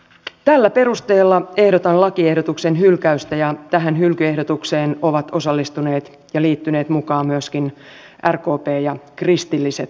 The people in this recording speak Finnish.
tällä perusteella ehdotan lakiehdotuksen hylkäystä ja tähän hylkyehdotukseen ovat osallistuneet ja liittyneet mukaan myöskin rkp ja kristilliset